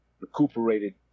recuperated